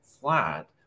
flat